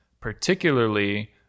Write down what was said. particularly